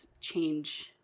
change